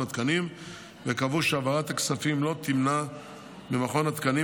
התקנים וקבעו שהעברת הכספים לא תמנע ממכון התקנים